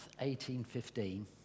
1815